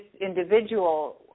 individual